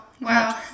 wow